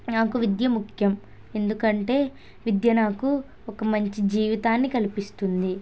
నాకు విద్య ముఖ్యం ఎందుకంటే విద్య నాకు ఒక మంచి జీవితాన్ని కల్పిస్తుంది